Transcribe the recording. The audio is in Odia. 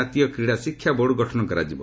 ଜାତୀୟ କ୍ରୀଡ଼ା ଶିକ୍ଷା ବୋର୍ଡ଼ ଗଠନ କରାଯିବ